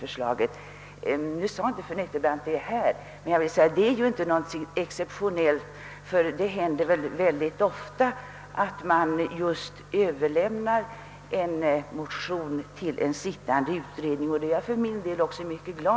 Fru Nettelbrandt sade inte detsamma här i kammaren, men jag vill ändå påpeka att det inte är något exceptionellt utan händer mycket ofta, att man överlämnar en motion till en arbetande utredning, och jag är glad över att man gjort så även i detta fall.